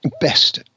best